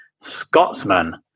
Scotsman